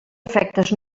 efectes